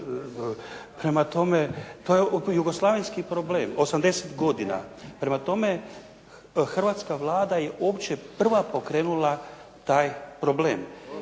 to je jugoslavenski problem. 80 godina. Prema tome, hrvatska Vlada je uopće pokrenula taj problem.